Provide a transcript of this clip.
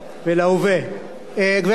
חברת הכנסת חוטובלי.